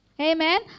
Amen